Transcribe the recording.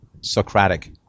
Socratic